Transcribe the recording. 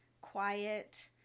quiet